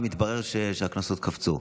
ומתברר שהקנסות קפצו.